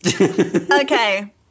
Okay